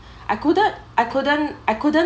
I couldn't I couldn't I couldn't